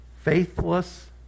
faithless